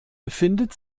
befindet